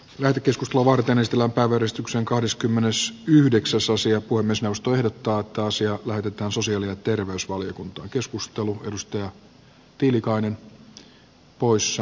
lämpökeskus lovarganestilan pääväristyksen kahdeskymmenes yhdeksäs osia kuin myös puhemiesneuvosto ehdottaa että asia lähetetään sosiaali ja terveysvaliokuntaan